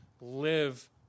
live